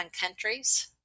countries